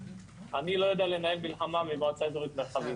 אני לא יודע לנהל מלחמה ממועצה אזורית מרחבים,